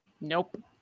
Nope